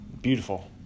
beautiful